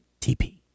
TP